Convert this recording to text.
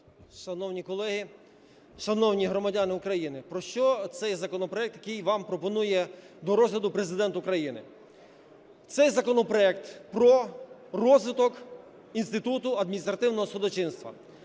Ф.В. Шановні громадяни України, про що цей законопроект, який вам пропонує до розгляду Президент України. Цей законопроект про розвиток інституту адміністративного судочинства.